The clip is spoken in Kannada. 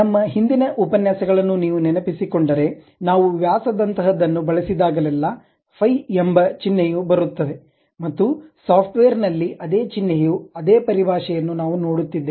ನಮ್ಮ ಹಿಂದಿನ ಉಪನ್ಯಾಸಗಳನ್ನು ನೀವು ನೆನಪಿಸಿಕೊಂಡರೆ ನಾವು ವ್ಯಾಸದಂತಹದನ್ನು ಬಳಸಿದಾಗಲೆಲ್ಲಾ ಫಿ ಎಂಬ ಚಿಹ್ನೆಯು ಬರುತ್ತದೆ ಮತ್ತು ಸಾಫ್ಟ್ವೇರ್ನಲ್ಲಿ ಅದೇ ಚಿಹ್ನೆಯ ಅದೇ ಪರಿಭಾಷೆಯನ್ನು ನಾವು ನೋಡುತ್ತಿದ್ದೇವೆ